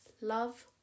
love